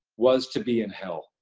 was to be in hell.